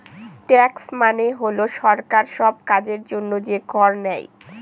tax মানে হল সরকার সব কাজের জন্য যে কর নেয়